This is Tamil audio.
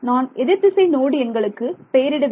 நான் எதிர்திசை நோடு எண்களுக்கு பெயரிடவில்லை